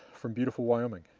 from beautiful wyoming,